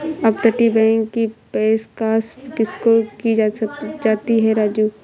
अपतटीय बैंक की पेशकश किसको की जाती है राजू?